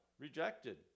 rejected